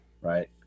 right